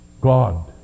God